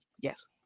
Yes